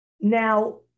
now